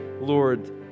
Lord